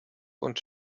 und